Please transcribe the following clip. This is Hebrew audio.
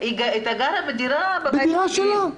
היא הייתה גרה בדירה שלה.